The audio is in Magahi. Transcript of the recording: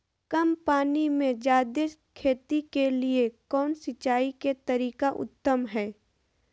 कम पानी में जयादे खेती के लिए कौन सिंचाई के तरीका उत्तम है?